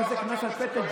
למה כזה קנס על פטל?